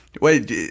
Wait